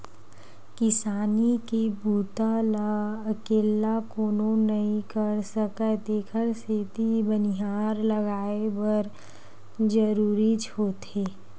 किसानी के बूता ल अकेल्ला कोनो नइ कर सकय तेखर सेती बनिहार लगये बर जरूरीच होथे